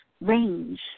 range